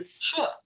sure